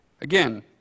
Again